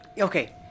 Okay